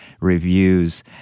reviews